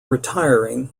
retiring